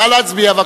נא להצביע.